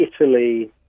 Italy